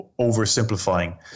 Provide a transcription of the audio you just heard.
oversimplifying